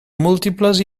múltiples